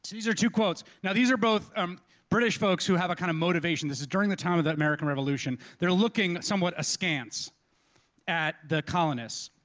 these are two quotes, now these are both um british folks who have a kind of motivation, this is during the time of the american revolution, they're looking somewhat askance at the colonists.